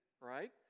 right